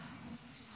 290 ימים